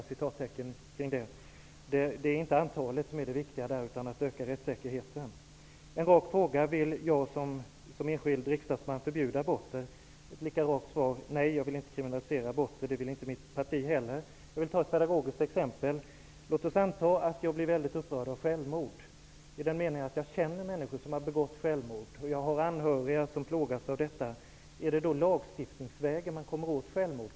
Här är det inte antalet som är det viktiga, utan här gäller det att öka rättssäkerheten. Den raka frågan har ställts om jag som enskild riksdagsman vill förbjuda aborter. Svaret blir lika rakt som frågan: Nej, jag vill inte kriminalisera aborter, och det vill inte heller mitt parti. Jag vill ge ett pedagogiskt exempel. Låt oss anta att jag blir väldigt upprörd av självmord i den meningen att jag känner människor som har begått självmord och att jag har anhöriga som plågas av det som skett. Är det då lagstiftningsvägen som man kommer åt självmorden?